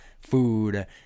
food